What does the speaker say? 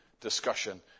discussion